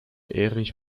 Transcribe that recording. erich